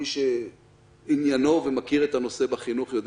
מי שעניינו ומכיר את הנושא בחינוך יודע